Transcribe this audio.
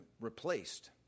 replaced